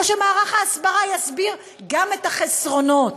או שמערך ההסברה יסביר גם את החסרונות?